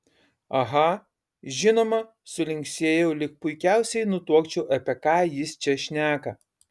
aha žinoma sulinksėjau lyg puikiausiai nutuokčiau apie ką jis čia šneka